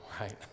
right